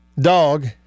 dog